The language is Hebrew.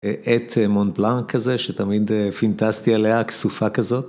עט Mont Blanc כזה, שתמיד פינטזתי עליה, כסופה כזאת.